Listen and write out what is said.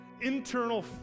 internal